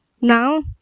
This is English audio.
now